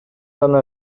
гана